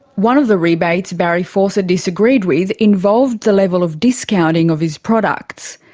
one of the rebates barry fawcett disagreed with involved the level of discounting of his products.